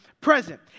present